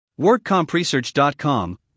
WorkCompResearch.com